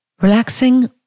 Relaxing